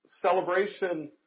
celebration